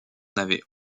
n’avait